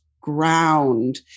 ground